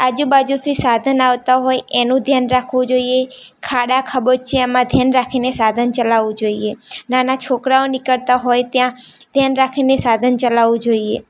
આજુબાજુથી સાધન આવતા હોય એનું ધ્યાન રાખવું જોઈએ ખાડા ખાબોચિયામાં ધ્યાન રાખીને સાધન ચલાવવું જોઈએ નાના છોકરાઓ નીકળતાં હોય ત્યાં ધ્યાન રાખીને સાધન ચલાવવું જોઈએ